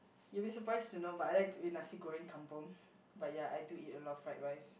you be surprised to know but I like to eat nasi-goreng kampung but ya I do eat a lot of fried rice